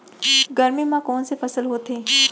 गरमी मा कोन से फसल होथे?